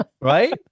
right